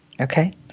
Okay